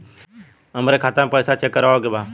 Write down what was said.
हमरे खाता मे पैसा चेक करवावे के बा?